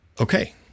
Okay